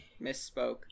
misspoke